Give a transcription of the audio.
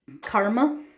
Karma